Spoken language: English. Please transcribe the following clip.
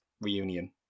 Reunion